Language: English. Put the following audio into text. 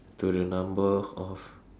to the number of